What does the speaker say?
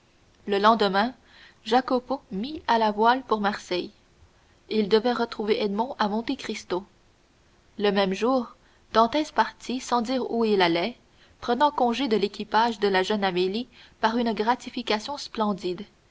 le lendemain jacopo mit à la voile pour marseille il devait retrouver edmond à monte cristo le même jour dantès partit sans dire où il allait prenant congé de l'équipage de la jeune amélie par une gratification splendide